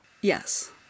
Yes